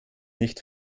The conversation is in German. nicht